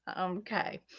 Okay